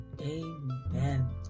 amen